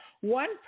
one